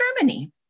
Germany